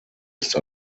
ist